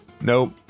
Nope